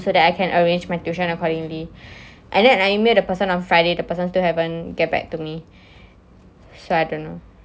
so that I can arrange my tuition accordingly and then I email a person on friday the person still haven't get back to me so I don't know